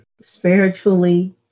spiritually